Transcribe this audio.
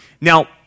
Now